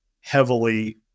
heavily